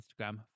Instagram